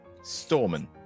Storman